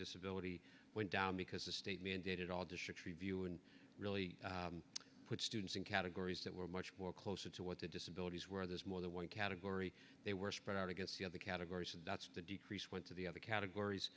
disability went down because the state mandated all the chetry view and really put students in categories that were much more closer to what the disabilities were there's more than one category they were spread out against the other categories and that's the decrease went to the other categories